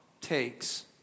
takes